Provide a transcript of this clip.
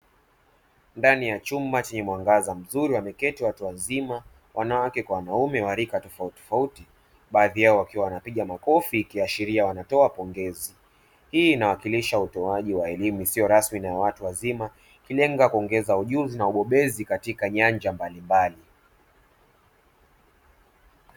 Ndani ya chumba chenye mwanga mzuri, wameketi watu wazima, wanawake kwa wanaume warika tofauti tofauti, baadhi yao wakiwa wanapiga makofi, ikiaashiria wanatoa pongezi. Hii inawakilisha utoaji wa elimu isiyo rasmi na ya watu wazima, ikilenga kuongeza ujuzi na ubobezi katika nyanja mbalimbali.